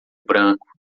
branco